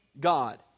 God